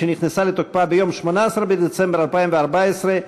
שנכנסה לתוקפה ביום 18 בדצמבר 2014,